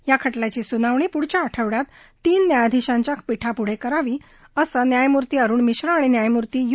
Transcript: या खटल्याची सुनावणी पुढल्या आठवड्यात तीन न्यायाधिशांच्या पीठापुढे करावी असं न्यायमुर्ती अरुण मिश्रा आणि न्यायमुर्ती यू